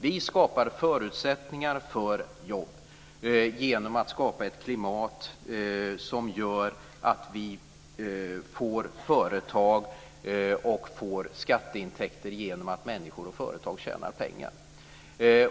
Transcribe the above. Vi skapar förutsättningar för jobb genom att skapa ett klimat som gör att vi får företag och får skatteintäkter genom att människor och företag tjänar pengar.